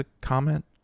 comment